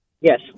Yes